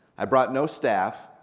i brought no staff.